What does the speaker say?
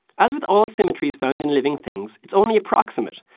as with all symmetries found in living things, it's only approximate,